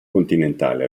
continentale